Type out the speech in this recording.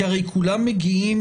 כי הרי כולם מגיעים